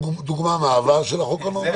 מגונה.